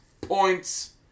points